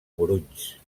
morunys